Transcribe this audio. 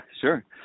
sure